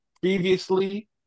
previously